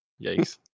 Yikes